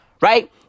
right